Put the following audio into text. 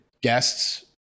guests